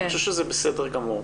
ואני חושב שזה בסדר גמור,